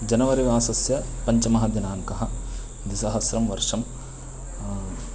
जनवरि मासस्य पञ्चमः दिनाङ्कः द्विसहस्रं वर्षम्